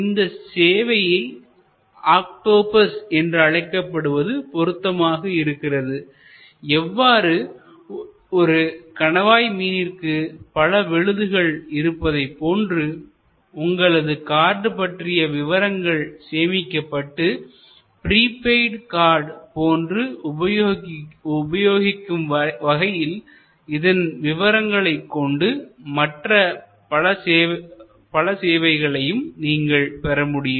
இந்த சேவை ஆக்டோபஸ் என்று வழங்கப்படுவது பொருத்தமாக இருக்கிறது எவ்வாறு ஒரு கணவாய் மீனிற்கு பல விழுதுகள் இருப்பதைப் போன்று உங்களது கார்டு பற்றிய விவரங்கள் சேமிக்கப்பட்டு ப்ரீபெய்ட் கார்டு போன்று உபயோகிக்கும் வகையில் இதன் விவரங்களை கொண்டு மற்ற பல சேவைகளையும் நீங்கள் பெற முடியும்